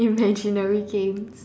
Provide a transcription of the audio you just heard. imaginary game